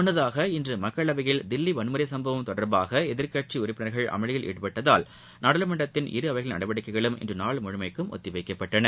முன்னதாக இன்று மக்களவையில் தில்லி வன்முறை சம்பவம் தொடர்பாக எதிர்க்கட்சி உறுப்பினர்கள் அமளியில் ஈடுபட்டதால் நாடாளுமன்றத்தின் இரு அவைகளின் நடவடிக்கைகளும் இன்று நாள் முழுவதும் ஒத்திவைக்கப்பட்டன